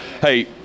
Hey